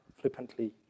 flippantly